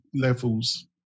levels